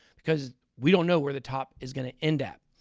because we don't know where the top is going to end up.